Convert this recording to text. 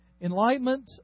Enlightenment